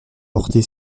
portée